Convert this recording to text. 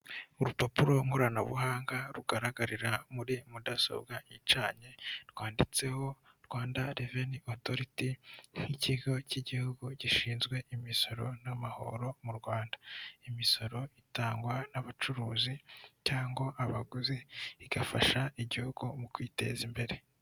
Urupapuro nkoranabuhanga rugaragarira muri mudasobwa icanye rwanditseho Rwanda reveni otoriti nk'ikigo cy'igihugu gishinzwe imisoro n'amahoro mu Rwanda, imisoro itangwa n'abacuruzi cyangwa abaguzi igafasha igihugu mu kwiteza imbere.